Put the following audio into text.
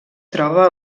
troba